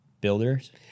builders